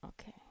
okay